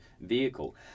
vehicle